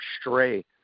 stray